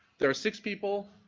there are six people,